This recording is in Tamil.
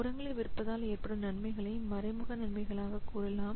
உரங்களை விற்பதால் ஏற்படும் நன்மைகளை மறைமுக நன்மைகளாக கூறலாம்